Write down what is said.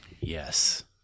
Yes